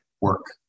work